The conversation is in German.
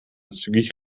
zügig